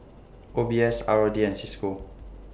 O B S R O D and CISCO